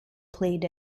played